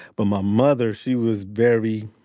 but my mother, she was very